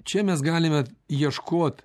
čia mes galime ieškot